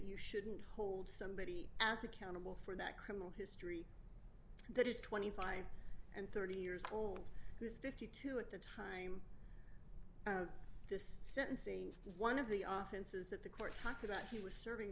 you shouldn't hold somebody asked accountable for that criminal history that is twenty five and thirty years old fifty two at the time this sentencing one of the often says that the court talked about he was serving